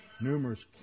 Numerous